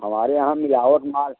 हमारे यहाँ मिलावट माल